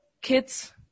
kids